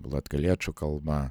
latgaliečių kalba